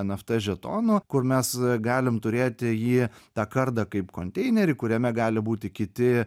eft žetonų kur mes galim turėti jį tą kardą kaip konteinerį kuriame gali būti kiti